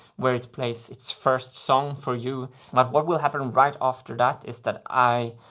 where it plays its first song for you. but what will happen and right after that is that i.